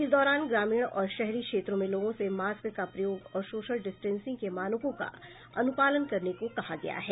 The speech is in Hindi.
इस दौरान ग्रामीण और शहरी क्षेत्रों में लोगों से मास्क का प्रयोग और सोशल डिस्टेंसिंग के मानकों का अनुपालन करने को कहा गया है